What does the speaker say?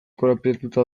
korapilatuta